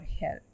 help